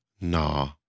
Nah